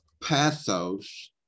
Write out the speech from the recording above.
pathos